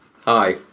Hi